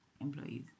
employees